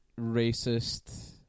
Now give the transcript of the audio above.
racist